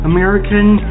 American